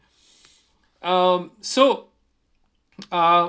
um so uh